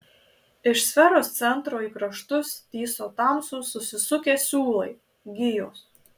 iš sferos centro į kraštus tįso tamsūs susisukę siūlai gijos